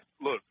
look